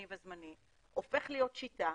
הופך להיות שיטה.